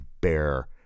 bear